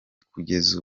kugeza